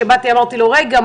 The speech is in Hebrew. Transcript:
כאמרתי לו: רגע,